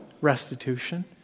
restitution